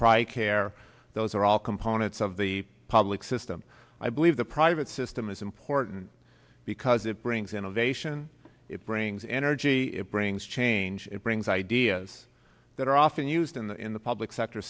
tri care those are all components of the public system i believe the private system is important because it brings innovation it brings energy it brings change it brings ideas that are often used in the in the public sector